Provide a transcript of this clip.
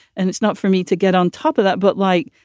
and it's not for me to get on top of that. but like,